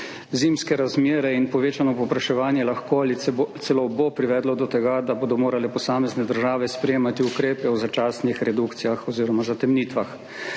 Zimske razmere in povečano povpraševanje lahko ali celo bo privedlo do tega, da bodo morale posamezne države sprejemati ukrepe v začasnih redukcijah oziroma zatemnitvah.